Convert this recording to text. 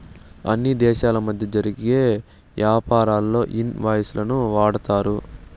అన్ని దేశాల మధ్య జరిగే యాపారాల్లో ఇన్ వాయిస్ లను వాడతారు